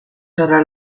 hará